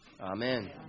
Amen